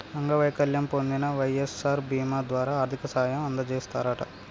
అంగవైకల్యం పొందిన వై.ఎస్.ఆర్ బీమా ద్వారా ఆర్థిక సాయం అందజేస్తారట